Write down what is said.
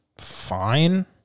fine